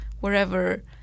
wherever